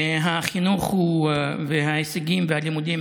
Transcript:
החינוך וההישגים והלימודים